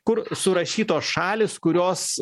kur surašytos šalys kurios